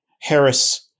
Harris